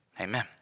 amen